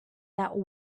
that